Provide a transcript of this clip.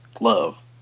love